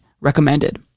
recommended